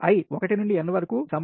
i 1 నుండి n కు సమానం